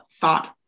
thought